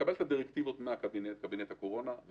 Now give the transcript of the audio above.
לקבל את הדירקטיבות מקבינט הקורונה,